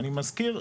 אני מזכיר,